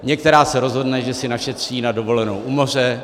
Některá se rozhodne, že si našetří na dovolenou u moře.